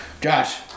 Josh